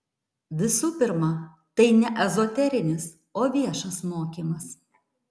visų pirma tai ne ezoterinis o viešas mokymas